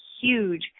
huge